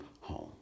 home